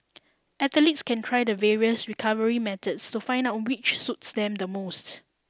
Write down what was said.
athletes can try the various recovery methods to find out which suits them the most